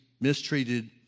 mistreated